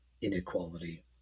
inequality